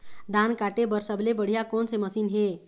धान काटे बर सबले बढ़िया कोन से मशीन हे?